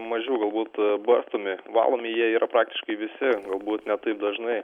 mažiau galbūt barstomi valomi jie yra praktiškai visi galbūt ne taip dažnai